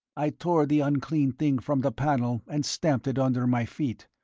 i tore the unclean thing from the panel and stamped it under my feet.